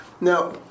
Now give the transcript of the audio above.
Now